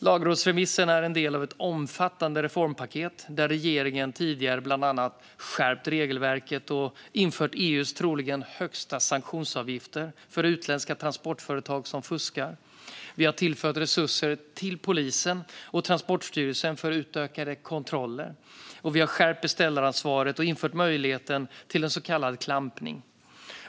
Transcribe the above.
Lagrådsremissen är en del av ett omfattande reformpaket, där regeringen tidigare bland annat skärpt regelverket och infört EU:s troligen högsta sanktionsavgifter för utländska transportföretag som fuskar, tillfört resurser till polisen och Transportstyrelsen för utökade kontroller, skärpt beställaransvaret och infört möjlighet till så kallad klampning.